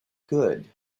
good